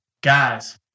guys